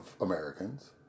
Americans